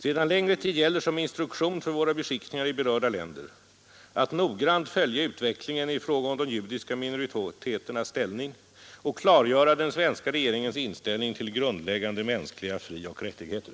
Sedan längre tid gäller som instruktion för våra beskickningar i berörda länder att noggrant följa utvecklingen i fråga om de judiska minoriteternas ställning och klargöra den svenska regeringens inställning till grundläggande mänskliga frioch rättigheter.